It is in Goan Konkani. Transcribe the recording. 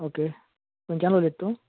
ओके खंयच्यान उलयता तूं